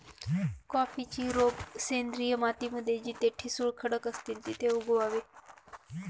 कॉफीची रोप सेंद्रिय माती मध्ये जिथे ठिसूळ खडक असतील तिथे उगवावे